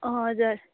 हजुर